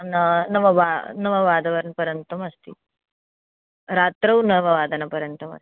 न नव वा नववादवनपर्यन्तमस्ति रात्रौ नववादनपर्यन्तमस्ति